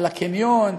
על הקניון,